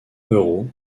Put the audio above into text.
euros